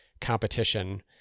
competition